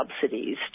subsidies